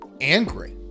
angry